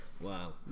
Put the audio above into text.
Wow